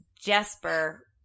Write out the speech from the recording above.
jesper